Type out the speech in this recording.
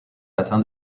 atteint